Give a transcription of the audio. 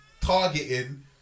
targeting